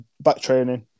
back-training